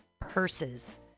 purses